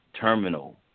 terminal